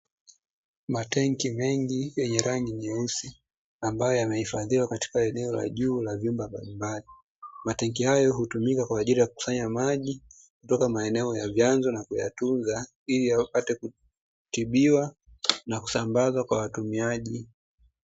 Matenki mengi yenye rangi nyeusi ambayo yamehifadhiwa katika maeneo ya juu ya chumba mbalimbali. Matenki hayo hutumika kwa ajili ya kukusanya maji kutoka maeneo ya vyanzo na kuyatunza ili yapate kutibiwa na kusambazwa kwa watumiaji.